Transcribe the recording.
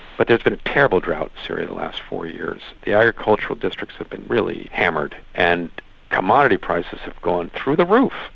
but there's been terrible droughts during the last four years. the agricultural districts have been really hammered and commodity prices have gone through the roof.